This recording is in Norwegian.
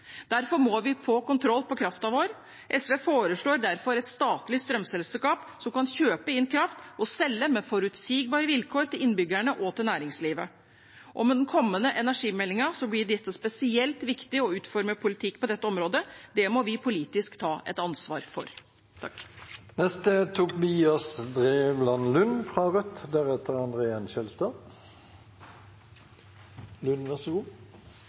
Derfor må vi få kontroll på kraften vår. SV foreslår derfor et statlig strømselskap som kan kjøpe inn kraft og selge med forutsigbare vilkår til innbyggerne og til næringslivet. Med den kommende energimeldingen blir det spesielt viktig å utforme politikk på dette området. Det må vi politisk ta et ansvar for. Rødt er svært bekymret for privatøkonomien til folk i hele landet vårt som får den ene rekordhøye strømregningen etter den andre.